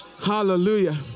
Hallelujah